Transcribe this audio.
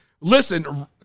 Listen